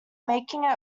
making